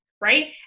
Right